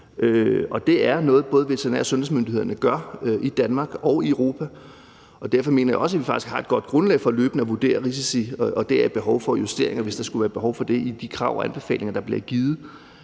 det er noget, som både veterinær- og sundhedsmyndighederne gør i Danmark og i Europa, og derfor mener jeg også, at vi faktisk har et godt grundlag for løbende at vurdere risici og behov for justeringer, hvis der skulle være behov for det i de krav og anbefalinger, der bliver givet.